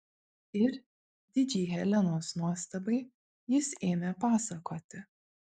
ir didžiai helenos nuostabai jis ėmė pasakoti